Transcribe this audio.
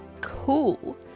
cool